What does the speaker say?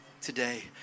today